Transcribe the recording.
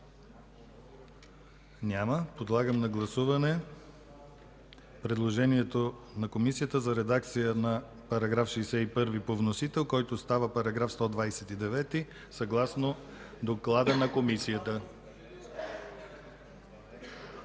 Няма. Подлагам на гласуване предложението на Комисията за редакция на § 61 по вносител, който става § 129 съгласно доклада на Комисията.